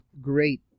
Great